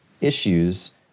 issues